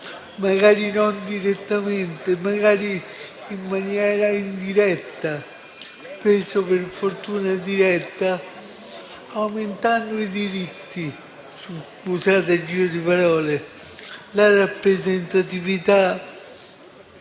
magari non direttamente, magari in maniera indiretta, ma spesso - per fortuna - diretta, aumentando i diritti - scusate il giro di parole - la rappresentatività